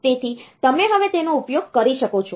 તેથી તમે હવે તેનો ઉપયોગ કરી શકો છો